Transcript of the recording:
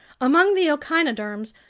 among the echinoderms,